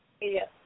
Yes